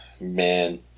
man